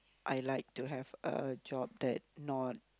I like to have a job that not